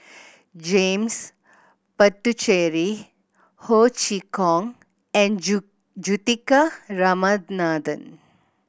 James Puthucheary Ho Chee Kong and Juthika Ramanathan